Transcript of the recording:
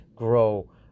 Grow